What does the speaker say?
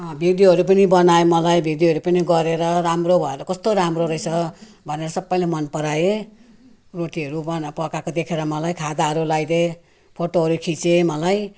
अँ भिडियोहरू पनि बनाए मलाई भिडियोहरू पनि गरेर राम्रो भएर कस्तो राम्रो रहेछ भनेर सबैले मन पराए रोटीहरू बना पकाएको देखेर मलाई खादाहरू लाइदिए फोटोहरू खिचे मलाई